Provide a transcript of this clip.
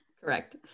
Correct